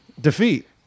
Defeat